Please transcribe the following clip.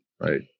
Right